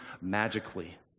magically